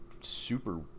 super